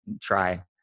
try